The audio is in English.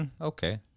Okay